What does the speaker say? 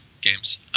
games